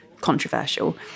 controversial